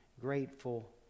grateful